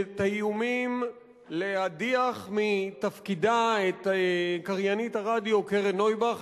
את האיומים להדיח מתפקידה את קריינית הרדיו קרן נויבך.